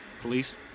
Police